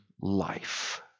life